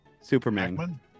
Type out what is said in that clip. Superman